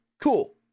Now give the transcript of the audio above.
Cool